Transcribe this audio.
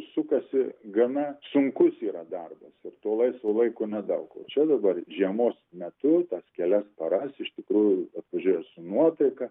sukasi gana sunkus yra darbas ir to laisvo laiko nedaug o čia dabar žiemos metu tas kelias paras iš tikrųjų atvažiuoja su nuotaika